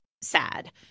sad